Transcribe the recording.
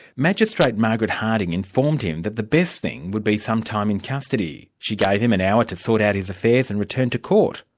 magistrate margaret harding informed him that the best thing would be some time in custody. she gave him an hour to sort out his affairs and return to court,